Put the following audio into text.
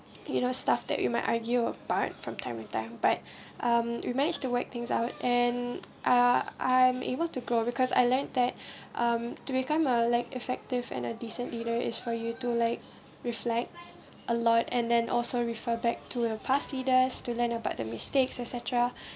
you know stuff that you might argue apart from time to time but um we manage to work things out and uh I'm able to grow because I learnt that um to become a like effective and a decent leader is for you to like reflect a lot and then also refer back to your past leaders to learn about the mistakes etcetera